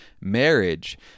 marriage